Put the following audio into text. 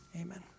amen